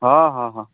ᱦᱮᱸ ᱦᱮᱸ ᱦᱮᱸ